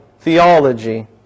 theology